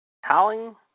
Howling